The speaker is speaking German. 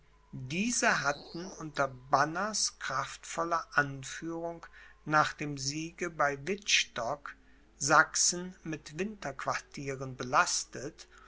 diese hatten unter banners kraftvoller anführung nach dem siege bei wittstock sachsen mit winterquartieren belastet